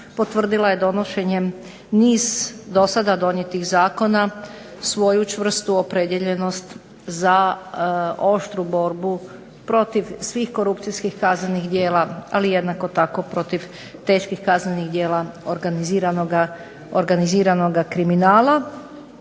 potvrdila je donošenje niz do sada donijetih zakona svoju čvrstu opredijeljenost za oštru borbu protiv svih korupcijskih kaznenih djela, ali jednako tako protiv teških kaznenih djela organiziranoga kriminala.